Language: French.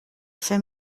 fait